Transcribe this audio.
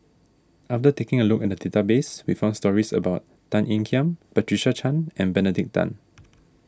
after taking a look at the database we found stories about Tan Ean Kiam Patricia Chan and Benedict Tan